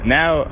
now